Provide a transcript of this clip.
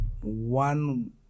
one